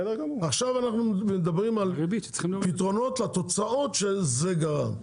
עכשיו אנחנו מדברים על פתרונות לתוצאות שזה גרם,